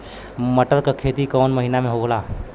मटर क खेती कवन महिना मे होला?